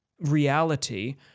reality